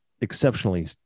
exceptionally